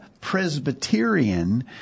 Presbyterian